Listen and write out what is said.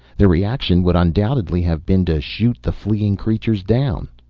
their reaction would undoubtedly have been to shoot the fleeing creatures down.